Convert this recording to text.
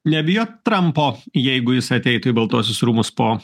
nebijot trampo jeigu jis ateitų į baltuosius rūmus po